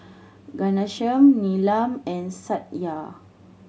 Ghanshyam Neelam and Satya